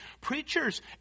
preachers